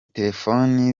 terefone